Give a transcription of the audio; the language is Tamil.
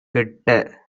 கெட்ட